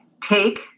Take